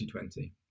2020